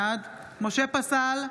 בעד משה פסל,